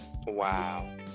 Wow